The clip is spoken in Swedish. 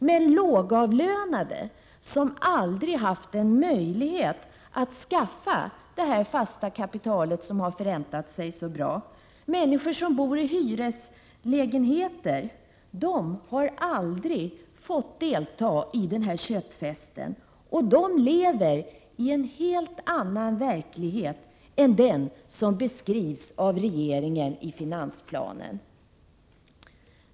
Men lågavlönade, som aldrig har haft en möjlighet att skaffa ett fast kapital som kunnat förränta sig bra, och människor som bor i hyreslägenheter har aldrig fått delta i den här köpfesten och de lever i en helt annan verklighet än den som beskrivs av regeringen i finansplanen.